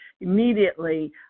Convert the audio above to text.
immediately